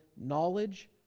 knowledge